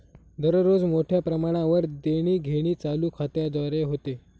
दररोज मोठ्या प्रमाणावर देणीघेणी चालू खात्याद्वारे होते